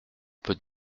peut